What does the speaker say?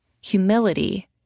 humility